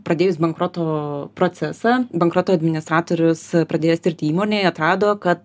pradėjus bankroto procesą bankroto administratorius pradėjęs tirti įmonėj atrado kad